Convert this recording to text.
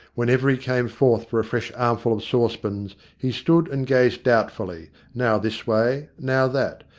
whenever he came forth for a fresh armful of saucepans, he stood and gazed doubtfully, now this way, now that,